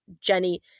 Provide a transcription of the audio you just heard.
Jenny